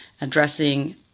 addressing